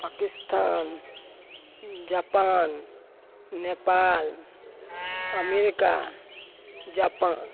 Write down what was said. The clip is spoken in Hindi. Pakistan Japan Nepal America Japan